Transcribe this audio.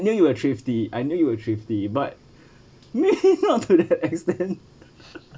I knew you were thrifty I knew you were thrifty but not to that extent